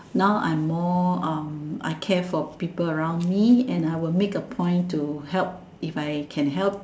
now I'm more um I care for people around me and I will make a point to help if I can help